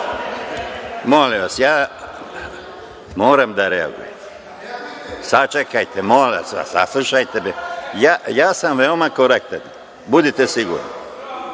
Molim vas, ja moram da reagujem. Sačekajte, molim vas, saslušajte me. Ja sam veoma korektan, budite sigurni,